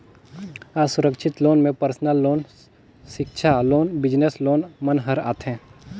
असुरक्छित लोन में personal loan, सिक्छा लोन, बिजनेस लोन मन हर आथे